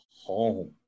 home